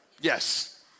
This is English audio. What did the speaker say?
Yes